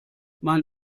mein